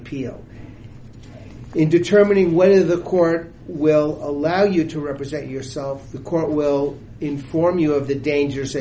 appeal in determining whether the court will allow you to represent yourself the court will inform you of the dangers